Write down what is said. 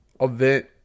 event